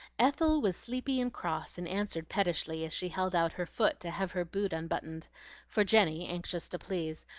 ethel was sleepy and cross, and answered pettishly, as she held out her foot to have her boot unbuttoned for jenny, anxious to please,